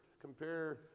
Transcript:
compare